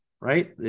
right